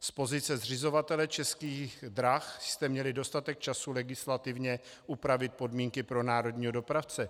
Z pozice zřizovatele Českých drah jste měli dostatek času legislativně upravit podmínky pro národního dopravce.